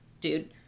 dude